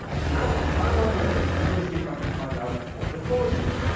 so now with the timeline open, i'm going to see if i can find out what the cause is.